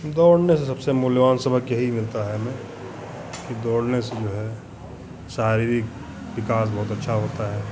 दौड़ने से सबसे मूल्यवान सबक यही मिलता है हमें कि दौड़ने से जो है शारीरिक विकास बहुत अच्छा होता है